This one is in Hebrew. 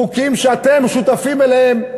חוקים שאתם שותפים אליהם,